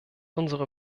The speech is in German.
unsere